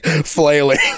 flailing